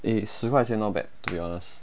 eh 十块钱 not bad to be honest